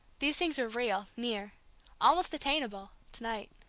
these things were real, near almost attainable to-night.